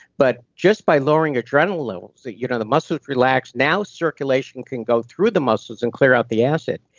but just by lowering adrenaline levels, the you know the muscles relax. now circulation can go through the muscles and clear out the acid.